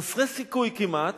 חסרי סיכוי כמעט,